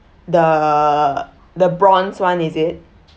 the the bronze one is it